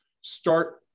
start